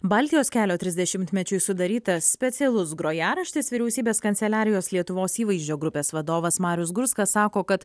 baltijos kelio trisdešimtmečiui sudarytas specialus grojaraštis vyriausybės kanceliarijos lietuvos įvaizdžio grupės vadovas marius gurskas sako kad